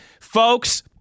folks